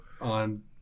on